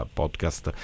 podcast